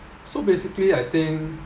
so basically I think